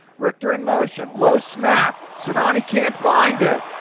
richter in motion, low snap, sinani can't find it.